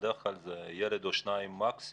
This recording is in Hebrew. בדרך כלל זה ילד או שני ילדים לכל היותר.